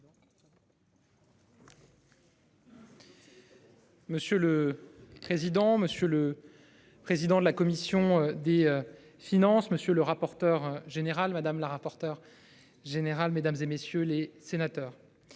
Monsieur le président. Monsieur le. Président de la commission des finances, monsieur le rapporteur général madame la rapporteur général mesdames et messieurs les sénateurs.